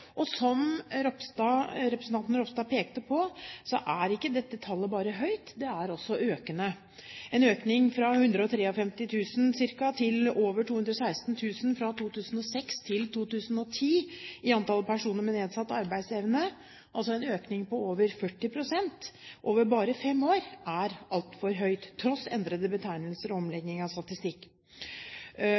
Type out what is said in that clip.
Som representanten Ropstad pekte på, er ikke dette tallet bare høyt, det er økende – en økning fra ca. 153 000 personer med nedsatt arbeidsevne i 2006 til over 216 000 i 2010. En økning på over 40 pst. over bare fem år er altfor høyt, tross endrede betegnelser og omlegging av statistikk.